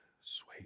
sweet